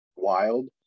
wild